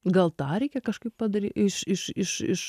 gal tą reikia kažkaip padary iš iš iš iš